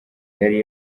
yari